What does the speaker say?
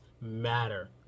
matter